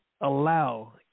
allow